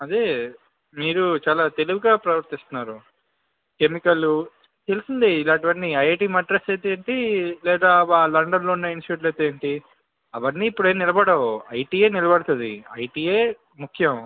అదే మీరు చాలా తెలివిగా ప్రవర్తిస్తున్నారు కెమికలు తెలిసింది ఇలాంటివన్నీ ఐఐటి మద్రాస్ అయితే ఏంటి లేదా వ లండన్లో ఉన్న ఇన్స్టిట్యూట్ అయితే ఏంటి అవన్నీ ఇప్పుడేం నిలబడవు ఐటీయే నిలబడతుంది ఐటీయే ముఖ్యం